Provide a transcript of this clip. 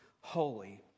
Holy